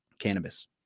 cannabis